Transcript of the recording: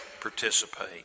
participate